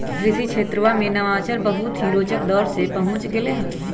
कृषि क्षेत्रवा में नवाचार बहुत ही रोचक दौर में पहुंच गैले है